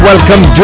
Welcome